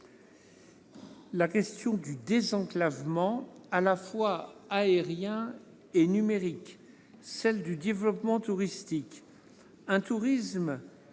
la question du désenclavement, à la fois aérien et numérique, ainsi que celle du développement touristique,